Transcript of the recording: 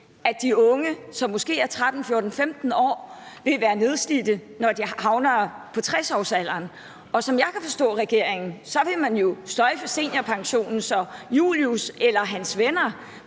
at de unge, som måske er 13-14-15 år, vil være nedslidt, når de når 60-årsalderen. Og som jeg kan forstå på regeringen, vil man jo sløjfe seniorpensionen, så Julius eller hans venner